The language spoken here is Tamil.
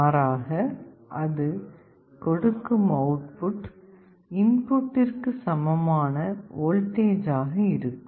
மாறாக அது கொடுக்கும் அவுட்புட் இன்புட்டிற்கு சமமான வோல்டேஜ் ஆக இருக்கும்